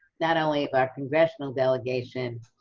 not only of our congressional delegation,